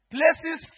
Places